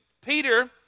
Peter